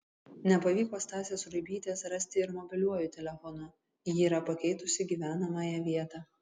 nepavyko stasės ruibytės rasti ir mobiliuoju telefonu ji yra pakeitusi gyvenamąją vietą